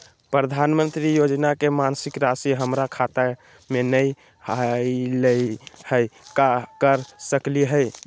प्रधानमंत्री योजना के मासिक रासि हमरा खाता में नई आइलई हई, का कर सकली हई?